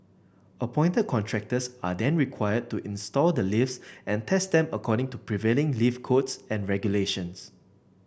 appointed contractors are then required to install the lifts and test them according to prevailing lift codes and regulations